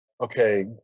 okay